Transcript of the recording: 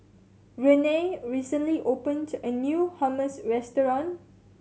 Renea recently opened a new Hummus Restaurant